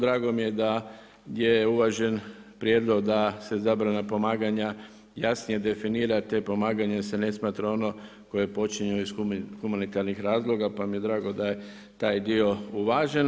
Drago mi je da je uvažen prijedlog da se zabrana pomaganja jasnije definira, te pomaganje se ne smatra ono koje počinje iz humanitarnih razloga pa mi je drago da je taj dio uvažen.